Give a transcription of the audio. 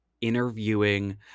interviewing